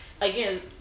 Again